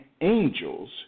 angels